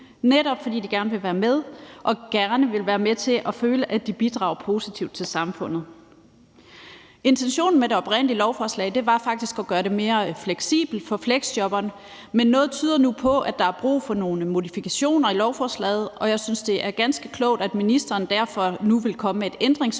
netop fordi de gerne vil være med og gerne være med til at føle, at de bidrager positivt til samfundet. Intentionen med det oprindelige lovforslag var faktisk at gøre det mere fleksibelt for fleksjobberne, men noget tyder nu på, at der er brug for nogle modifikationer i lovforslaget, og jeg synes, det er ganske klogt, at ministeren derfor nu vil komme med et ændringsforslag,